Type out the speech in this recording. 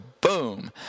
boom